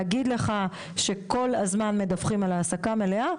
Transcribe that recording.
להגיד לך שכל הזמן מדווחים על העסקה מלאה?